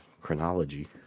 chronology